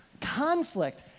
Conflict